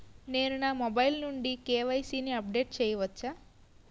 నేను నా మొబైల్ నుండి కే.వై.సీ ని అప్డేట్ చేయవచ్చా?